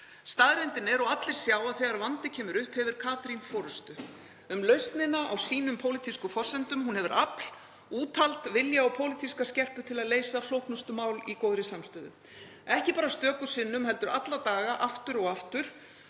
Staðreyndin er og allir sjá að þegar vandi kemur upp hefur Katrín forystu um lausnina á sínum pólitísku forsendum. Hún hefur afl, úthald, vilja og pólitíska skerpu til að leysa flóknustu mál í góðri samstöðu, ekki bara stöku sinnum heldur alla daga aftur og aftur.